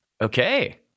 Okay